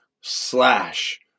Slash